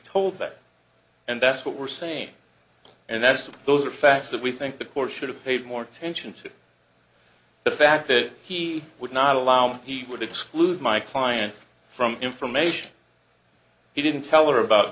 that and that's what we're same and that's those are facts that we think the courts should have paid more attention to the fact that he would not allow he would exclude my client from information he didn't tell her about